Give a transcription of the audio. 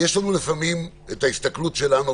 יש לנו לפעמים ההסתכלות שלנו.